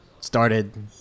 started